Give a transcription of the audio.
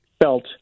felt